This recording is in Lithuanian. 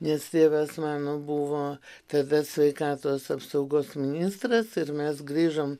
nes tėvas mano buvo tada sveikatos apsaugos ministras ir mes grįžom